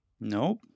Nope